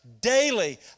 daily